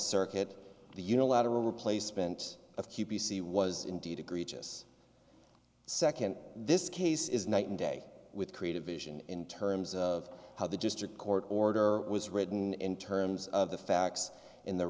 circuit the unilateral replacement of q b c was indeed egregious second this case is night and day with creative vision in terms of how the district court order was written in terms of the facts in the